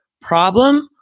problem